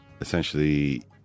Essentially